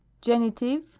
Genitive